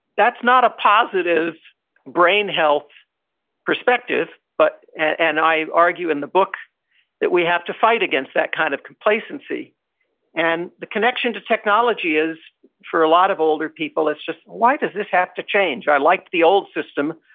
that's not a positive brain health perspective, but and i argue in the book that we have to fight against that kind of complacency and the connection to technology is for a lot of older people, it's just, why does this have to change? i liked the old system,